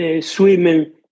swimming